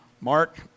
Mark